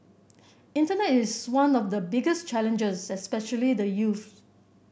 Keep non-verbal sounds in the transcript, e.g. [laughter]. internet [unintelligible] is one of the biggest challenges especially the youths